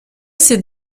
ces